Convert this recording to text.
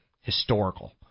historical